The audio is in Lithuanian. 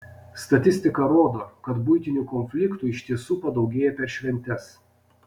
statistika rodo kad buitinių konfliktų iš tiesų padaugėja per šventes